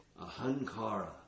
Ahankara